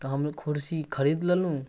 तऽ हम ओ कुरसी खरिद लेलहुँ